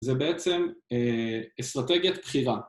‫זה בעצם אסטרטגיית בחירה.